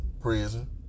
prison